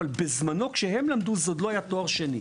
אבל בזמנו כשהם למדו זה עוד לא היה תואר שני.